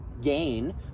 gain